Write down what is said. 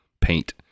paint